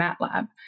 MATLAB